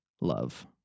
love